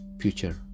future